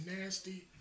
Nasty